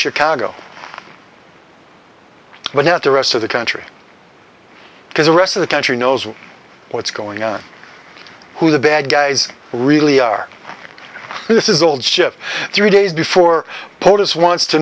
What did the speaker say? chicago but not the rest of the country because the rest of the country knows what's going on who the bad guys really are this is old ship three days before poultice wants to